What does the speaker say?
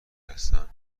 هستن